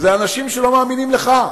זה אנשים שלא מאמינים לך.